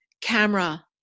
camera